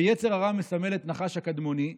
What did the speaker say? ויצר הרע מסמל את הנחש הקדמוני.